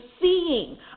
seeing